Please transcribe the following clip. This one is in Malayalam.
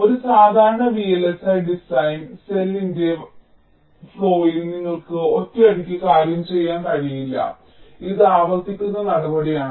ഒരു സാധാരണ VLSI ഡിസൈൻ ഫ്ലോയിൽ നിങ്ങൾക്ക് ഒറ്റയടിക്ക് കാര്യം ചെയ്യാൻ കഴിയില്ല ഇത് ആവർത്തിക്കുന്ന നടപടിയാണ്